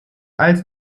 als